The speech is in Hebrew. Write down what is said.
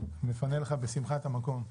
נפנה לך בשמחה את המקום.